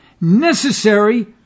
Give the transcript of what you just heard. necessary